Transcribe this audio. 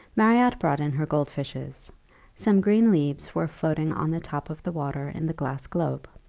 marriott brought in her gold fishes some green leaves were floating on the top of the water in the glass globe.